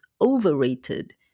overrated